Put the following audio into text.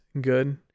good